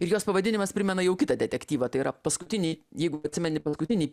ir jos pavadinimas primena jau kitą detektyvą tai yra paskutiniai jeigu atsimeni paskutinį